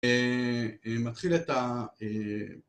ומתחיל את ה...